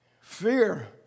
Fear